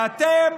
ואתם,